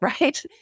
right